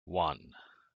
one